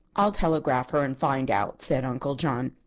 i'll telegraph her, and find out, said uncle john.